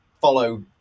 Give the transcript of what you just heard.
follow